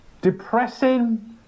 depressing